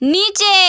নীচে